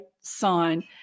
sign